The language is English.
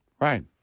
Right